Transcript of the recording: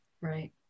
Right